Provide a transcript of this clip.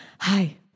hi